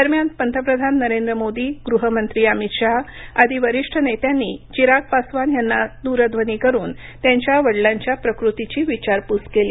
दरम्यान पंतप्रधान नरेंद्र मोदी गृहमंत्री अमित शहा आदी वरिष्ठ नेत्यांनी चिराग पासवान यांना दूरध्वनी करून त्यांच्या वडिलांच्या प्रकृतीची विचारपूस केली